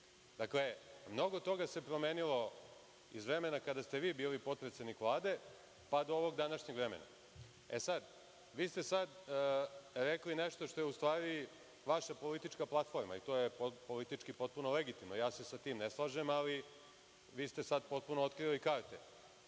Dakle, mnogo toga se promenilo iz vremena kada ste vi bili potpredsednik Vlade pa do ovog današnjeg vremena. Vi ste sada rekli nešto što je u stvari vaša politička platforma, a to je politički potpuno legitimno, ja se sa tim ne slažem, ali vi ste sada potpuno otkrili karte.